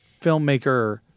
filmmaker